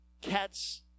cat's